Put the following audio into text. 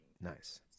Nice